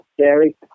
scary